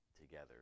together